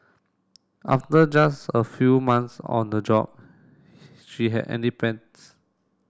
after just a few months on the job she had